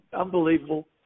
unbelievable